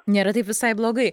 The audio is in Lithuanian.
nėra taip visai blogai